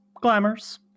glamours